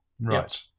Right